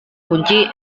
kunci